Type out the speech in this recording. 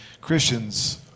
Christians